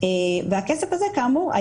והכסף הזה כאמור,